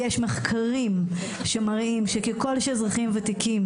יש מחקרים שמראים שככול שאזרחים ותיקים